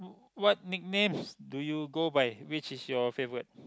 what nicknames do you go by which is your favourite